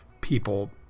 people